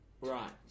Right